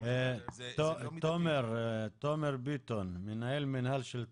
כשאתה מדבר על משרדי עורכי דין כעל חברות גבייה ואומר שהם לא